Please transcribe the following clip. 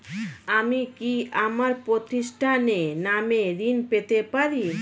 আমি কি আমার প্রতিষ্ঠানের নামে ঋণ পেতে পারি?